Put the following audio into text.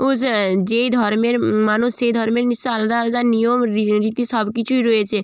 উষ যেই ধর্মের মানুষ সে ধর্মের নিশ্চয়ই আলাদা আলাদা নিয়ম রীতি সব কিছুই রয়েছে